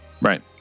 Right